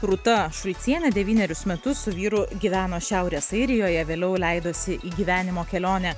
rūta šulcienė devynerius metus su vyru gyveno šiaurės airijoje vėliau leidosi į gyvenimo kelionę